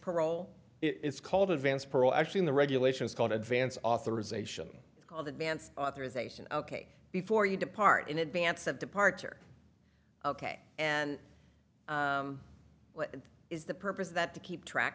parole it's called advance parole actually in the regulations called advance authorization it's called advance authorization ok before you depart in advance of departure of ok and what is the purpose of that to keep track